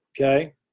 okay